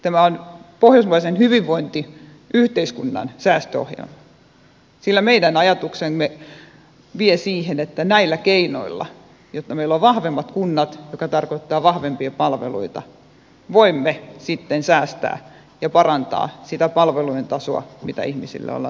tämä on pohjoismaisen hyvinvointiyhteiskunnan säästöohjelma sillä meidän ajatuksemme vie siihen että näillä keinoilla jotta meillä on vahvemmat kunnat mikä tarkoittaa vahvempia palveluita voimme sitten säästää ja parantaa sitä palvelujen tasoa mitä ihmisille ollaan tarjoamassa